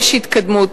יש התקדמות,